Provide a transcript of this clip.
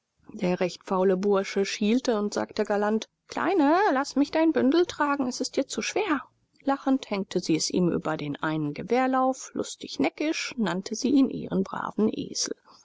der recht faule bursche schielte und sagte galant kleine laß mich dein bündel tragen es ist dir zu schwer lachend hängte sie es ihm über den einen gewehrlauf lustig neckisch nannte sie ihn ihren braven esel